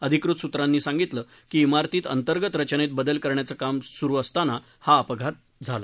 अधिकृत सूत्रांनी सांगितलं की मारतीत अंतर्गत रचनेत बदल करण्याचं काम चालू असताना हा अपघात झाला